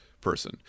person